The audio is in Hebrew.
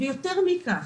יותר מכך,